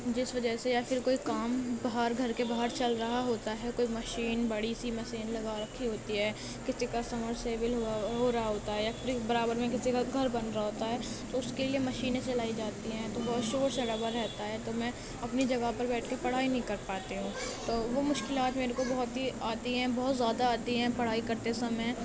جس وجہ سے یا پھر کوئی کام باہر گھر کے باہر چل رہا ہوتا ہے کوئی مشین بڑی سی مشین لگا رکھی ہوتی ہے کسی کا سمر سیول ہوا ہو رہا ہوتا ہے یا پھر برابر میں کسی کا گھر بن رہا ہوتا ہے تو اس کے لیے مشینیں چلائی جاتی ہیں تو بہت شور شرابہ رہتا ہے تو میں اپنی جگہ پر بیٹھ کے پڑھائی نہیں کر پاتی ہوں تو وہ مشکلات میرے کو بہت ہی آتی ہیں بہت زیادہ آتی ہیں پڑھائی کرتے سمے